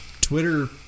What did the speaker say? Twitter